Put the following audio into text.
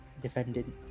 defendant